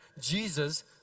Jesus